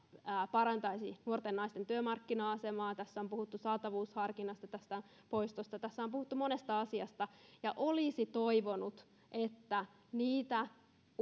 parantaisi nuorten naisten työmarkkina asemaa tässä on puhuttu saatavuusharkinnan poistosta tässä on puhuttu monesta asiasta ja olisin toivonut että niitä